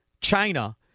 china